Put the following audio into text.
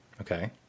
Okay